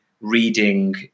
reading